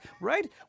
right